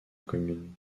commune